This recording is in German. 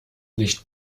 nicht